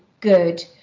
good